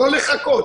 לא לחכות.